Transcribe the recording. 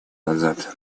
назад